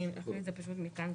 אני אקריא את זה פשוט מכאן,